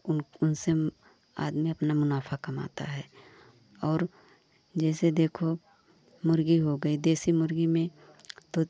उन उनसे आदमी अपना मुनाफा कमाता है और जैसे देखो मुर्ग़ी जो गई देसी मुर्ग़ी में तो